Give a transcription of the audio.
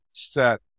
set